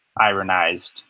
ironized